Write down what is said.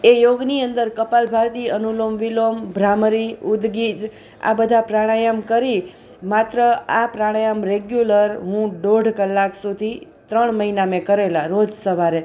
એ યોગની અંદર કપાલભાતી અનુલોમ વિલોમ ભ્રામરી ઉદગિજ આ બધા પ્રાણાયામ કરી માત્ર આ પ્રાણાયામ રેગ્યુલર હું દોઢ કલાક સુધી ત્રણ મહિના મેં કરેલા રોજ સવારે